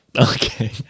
Okay